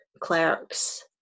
clerks